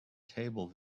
table